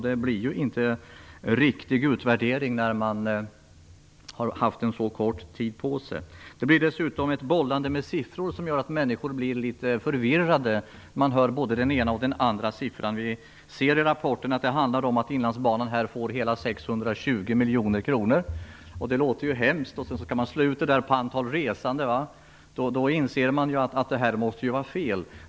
Det blir inte en riktig utvärdering när man har haft en så kort tid på sig. Det blir dessutom ett bollande med siffror som gör att människor blir litet förvirrade. De hör både den ena och den andra siffran. Vi ser i rapporten att Inlandsbanan får hela 620 miljoner kronor. Det låter ju hemskt mycket. Sedan slår man ut det på antalet resande. Då inser man att det måste vara fel.